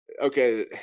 okay